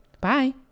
Bye